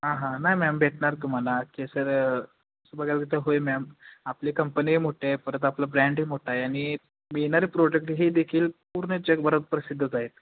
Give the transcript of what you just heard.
हां हां नाही मॅम भेटणार तुम्हाला केसर बघायला तर होय मॅम आपली कंपनीही मोठे आहे परत आपलं ब्रँडही मोठा आहे आणि येणारे प्रोडक्ट हे देखील पूर्ण जगभरात प्रसिद्धच आहेत